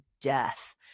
death